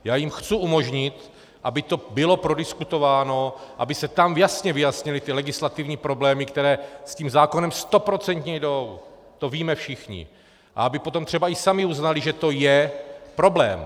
Já jim chci umožnit, aby to bylo prodiskutováno, aby se tam jasně vyjasnily ty legislativní problémy, které s tím zákonem stoprocentně jdou, to víme všichni, a aby potom třeba i sami uznali, že to je problém.